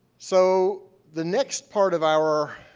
so the next part of our